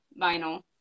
vinyl